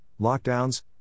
lockdowns